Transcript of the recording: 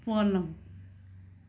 पलङ